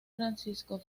francisco